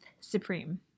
Supreme